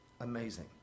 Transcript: Amazing